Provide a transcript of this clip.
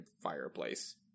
fireplace